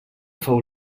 fou